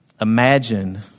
imagine